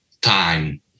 time